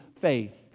faith